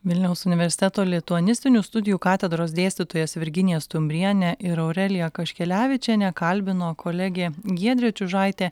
vilniaus universiteto lituanistinių studijų katedros dėstytojas virginiją stumbrienę ir aureliją kaškelevičienę kalbino kolegė giedrė čiužaitė